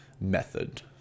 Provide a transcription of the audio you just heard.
method